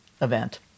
event